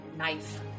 knife